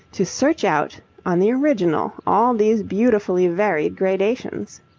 to search out on the original all these beautifully varied gradations.